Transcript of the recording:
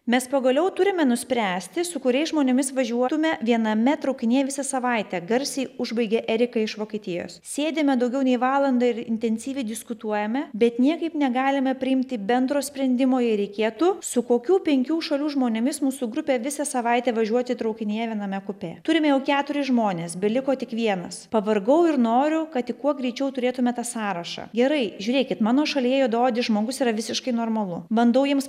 mes pagaliau turime nuspręsti su kuriais žmonėmis važiuotume viename traukinyje visą savaitę garsiai užbaigė erika iš vokietijos sėdime daugiau nei valandą ir intensyviai diskutuojame bet niekaip negalime priimti bendro sprendimo jei reikėtų su kokių penkių šalių žmonėmis mūsų grupę visą savaitę važiuoti traukinyje viename kupė turime jau keturis žmones beliko tik vienas pavargau ir noriu kad tik kuo greičiau turėtume tą sąrašą gerai žiūrėkit mano šalyje juodaodis žmogus yra visiškai normalu bandau jiems